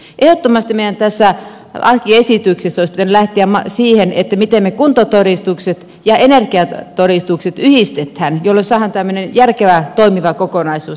ehdottomasti meidän tässä lakiesityksessä olisi pitänyt lähteä siihen miten me kuntotodistukset ja energiatodistukset yhdistämme jolloin saadaan tämmöinen järkevä toimiva kokonaisuus tästä asiasta